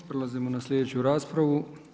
Prelazimo na slijedeću raspravu.